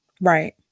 Right